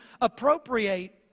appropriate